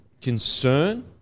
concern